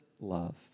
love